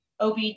OB